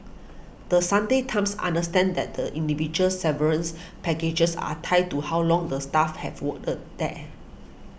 The Sunday Times understands that the individual severance packages are tied to how long the staff have worked there